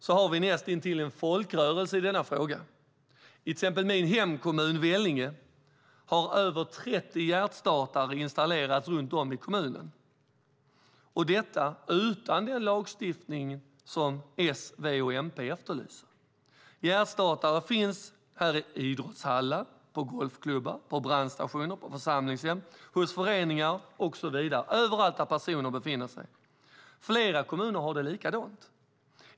Vi har näst intill en folkrörelse i denna fråga. I till exempel min hemkommun Vellinge har över 30 hjärtstartare installerats runt om i kommunen - utan den lagstiftning som S, V och MP efterlyser. Hjärtstartare finns där i idrottshallar, på golfklubbar, på brandstationer, på församlingshem, hos föreningar och så vidare, överallt där personer befinner sig. Flera kommuner har det likadant.